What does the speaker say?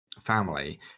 family